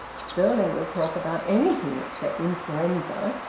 stirling will talk about anything except influenza.